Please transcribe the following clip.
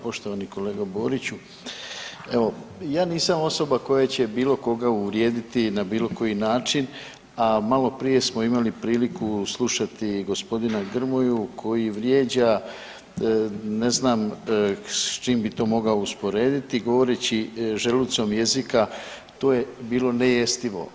Poštovani kolega Boriću, evo ja nisam osoba koja će bilo koga uvrijediti na bilo koji način, a maloprije smo imali priliku slušati gospodina Grmoju koji vrijeđa ne znam s čim bi to mogao usporediti govoreći želucom jezika to je bilo nejestivo.